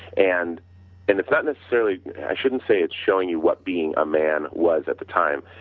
and and it's not necessarily i shouldn't say it's showing you what being a man was at the time,